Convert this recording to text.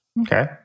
Okay